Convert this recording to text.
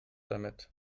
damit